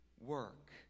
work